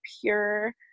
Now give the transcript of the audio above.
pure